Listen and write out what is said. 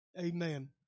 Amen